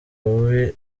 bubi